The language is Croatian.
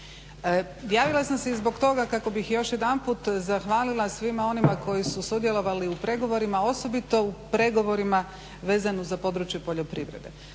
Javila sam se i zbog toga kako bih još jedanput zahvalila svima onima koji su sudjelovali u pregovorima osobito u pregovorima vezano za područje poljoprivrede.